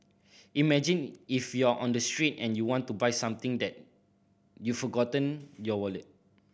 imagine if you're on the street and you want to buy something that you forgotten your wallet